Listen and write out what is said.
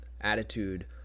attitude